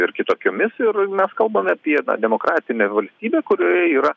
ir kitokiomis ir mes kalbame apie demokratinę valstybę kurioje yra